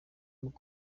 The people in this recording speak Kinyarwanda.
muri